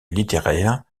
littéraire